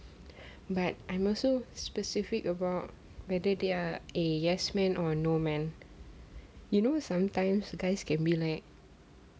but I'm also specific about whether they are eh yes man or no man you know sometimes guys can be like